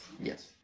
Yes